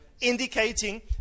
Indicating